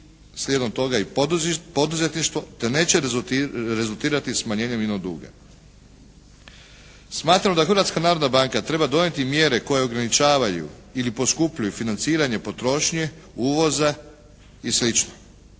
slijedom toga i poduzetništvo, te neće rezultirati smanjenjem ino duga. Smatramo da Hrvatska narodna banka treba donijeti mjere koje ograničavaju ili poskupljuju financiranje potrošnje, uvoza i